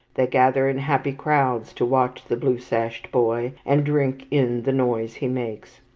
they gather in happy crowds to watch the blue-sashed boy, and drink in the noise he makes.